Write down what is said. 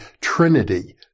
Trinity